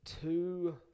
two